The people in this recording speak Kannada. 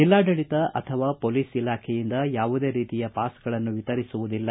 ಜಿಲ್ಲಾಡಳಿತ ಅಥವಾ ಮೊಲೀಸ್ ಇಲಾಖೆಯಿಂದ ಯಾವುದೇ ರೀತಿಯ ಪಾಸ್ಗಳನ್ನು ವಿತರಿಸುವುದಿಲ್ಲ